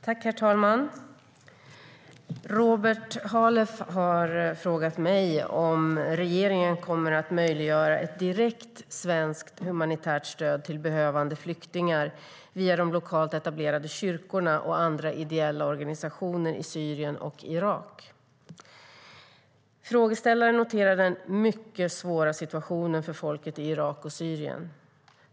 Herr talman! Robert Halef har frågat mig om regeringen kommer att möjliggöra ett direkt svenskt humanitärt stöd till behövande flyktingar via de lokalt etablerade kyrkorna och andra ideella organisationer i Syrien och Irak. Frågeställaren noterar den mycket svåra situationen för folken i Irak och Syrien.